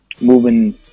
moving